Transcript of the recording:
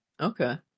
Okay